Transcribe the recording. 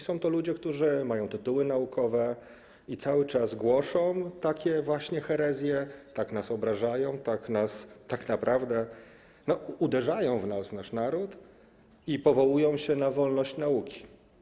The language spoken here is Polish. Są to ludzie, którzy mają tytuły naukowe, a cały czas głoszą takie właśnie herezje, tak nas obrażają, tak naprawdę uderzają w nas, w nasz naród i powołują się na wolność nauki.